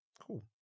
cool